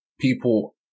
people